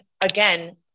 again